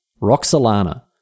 Roxalana